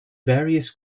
various